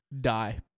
die